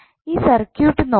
ഈ സർക്യൂട്ട് നോക്കാം